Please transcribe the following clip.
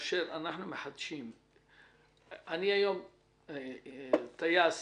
אני היום טייס